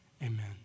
Amen